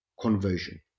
conversion